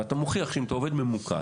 ואתה מוכיח שאם אתה עובד ממוקד,